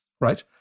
right